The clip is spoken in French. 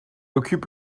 occupe